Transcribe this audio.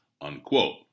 unquote